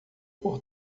por